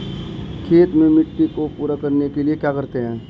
खेत में मिट्टी को पूरा करने के लिए क्या करते हैं?